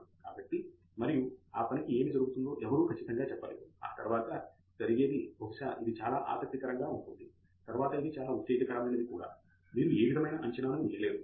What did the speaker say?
కాబట్టి మరియు ఆ పనికి ఏమి జరుగుతుందో ఎవ్వరూ ఖచ్చితంగా చెప్పలేరు ఆ తరువాత జరిగేది బహుశా ఇది చాలా ఆసక్తికరంగా ఉంటుంది తరువాత ఇది చాలా ఉత్తేజకరమైనది కూడా మీరు ఏ విధమైన అంచనాను వేయలేరు